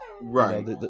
Right